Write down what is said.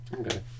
Okay